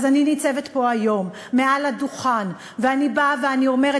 אז אני ניצבת פה היום מעל הדוכן ואני באה ואומרת